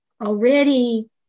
already